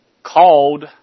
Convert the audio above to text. called